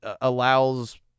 allows